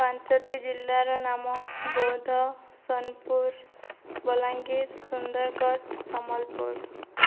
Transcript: ପାଞ୍ଚଟି ଜିଲ୍ଲାର ନାମ ବୌଦ୍ଧ ସୋନପୁର ବଲାଙ୍ଗୀର ସୁନ୍ଦରଗଡ଼ ସମ୍ବଲପୁର